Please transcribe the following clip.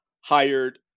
hired